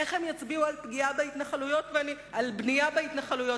איך יצביעו על בנייה בהתנחלויות?